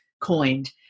coined